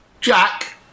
Jack